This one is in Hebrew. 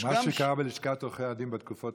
מה שקרה בלשכת עורכי הדין בתקופות